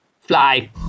Fly